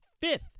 fifth